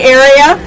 area